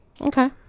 Okay